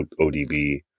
ODB